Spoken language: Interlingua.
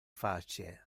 facie